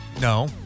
No